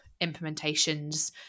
implementations